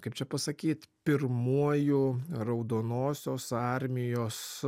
kaip čia pasakyt pirmuoju raudonosios armijos